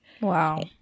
Wow